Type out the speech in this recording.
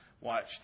watched